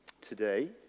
today